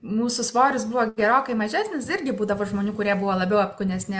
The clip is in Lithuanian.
mūsų svoris buvo gerokai mažesnis irgi būdavo žmonių kurie buvo labiau apkūnesni